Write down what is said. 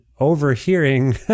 overhearing